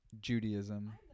judaism